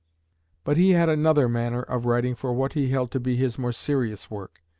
but he had another manner of writing for what he held to be his more serious work.